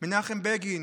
מנחם בגין,